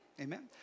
Amen